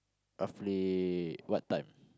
roughly what time